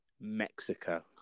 Mexico